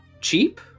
cheap